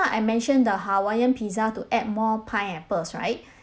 I mentioned the hawaiian pizza to add more pineapples right